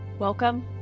Welcome